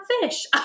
fish